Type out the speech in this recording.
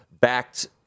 backed